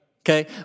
Okay